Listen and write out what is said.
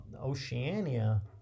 Oceania